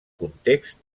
context